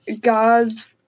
God's